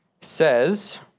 says